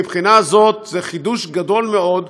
מבחינה זו זה חידוש גדול מאוד,